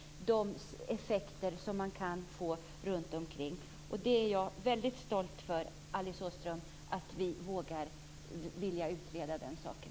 Det handlar om de effekter man kan få runtomkring. Jag är väldigt stolt, Alice Åström, över att vi vågar utreda den saken.